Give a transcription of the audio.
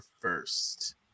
first